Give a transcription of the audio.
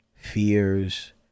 fears